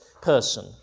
person